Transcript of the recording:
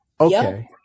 okay